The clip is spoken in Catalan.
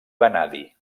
vanadi